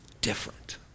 Different